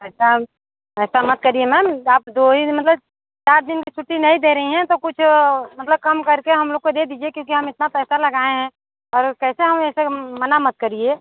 अच्छा ऐसा मत करिए मैम आप दो ही दिन मतलब चार दिन की छुट्टी नहीं दे रही हैं तो कुछ मतलब कम करके हमलोग को दे दीजिए क्योंकि हम इतना पैसा लगाएँ हैं और कैसे हम ऐसे मना मत करिए